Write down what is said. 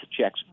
checks